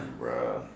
bruh